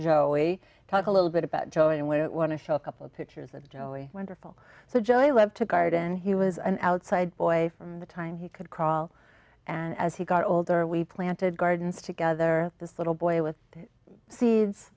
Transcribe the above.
we talked a little bit about joe and we want to show a couple pictures of joey wonderful so joey loved to garden he was an outside boy from the time he could crawl and as he got older we planted gardens together this little boy with seeds